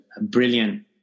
brilliant